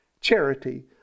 Charity